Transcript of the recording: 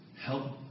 Help